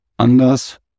Anders